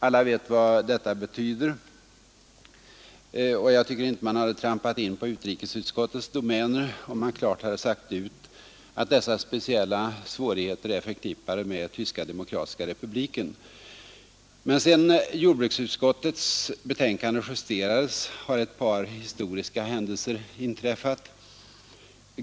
Alla vet vad detta betyder, och jag tycker inte man hade trampat in på utrikesutskottets domäner om man klart hade sagt ut att dessa speciella svårigheter är förknippade med Tyska demokratiska republiken. Men sedan jordbruksutskottets betänkande justerades har ett par historiska händelser inträffat.